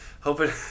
hoping